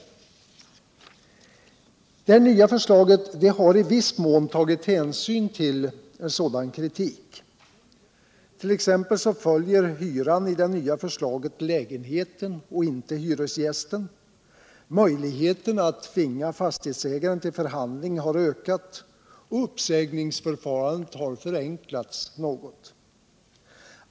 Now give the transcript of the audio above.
61 Det nya förslaget har i viss mån tagit hänsyn till sådan kritik. Exempelvis följer hyran i det nya förslaget kigenheten och inte hyresgästen, möjligheterna att tvinga fastighetsägaren till förhandling har ökat och uppsägningsförfarandet har förenklats något.